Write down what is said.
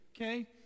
okay